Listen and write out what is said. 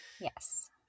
Yes